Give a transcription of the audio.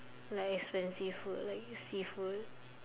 like expensive food like seafood